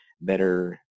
better